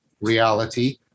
reality